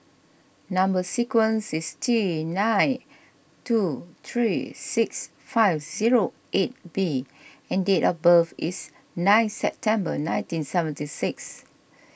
Number Sequence is T nine two three six five zero eight B and date of birth is nine September nineteen seventy six